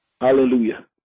Hallelujah